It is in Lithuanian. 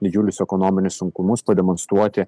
didžiulius ekonominius sunkumus pademonstruoti